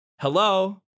hello